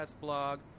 blog